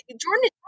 Jordan